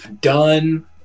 done